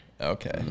Okay